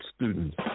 students